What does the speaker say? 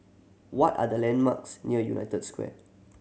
what are the landmarks near United Square